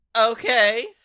Okay